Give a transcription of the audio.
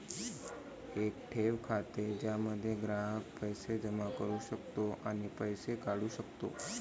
एक ठेव खाते ज्यामध्ये ग्राहक पैसे जमा करू शकतो आणि पैसे काढू शकतो